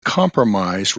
compromise